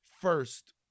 first